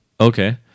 Okay